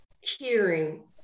hearing